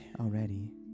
already